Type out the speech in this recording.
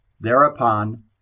Thereupon